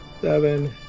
seven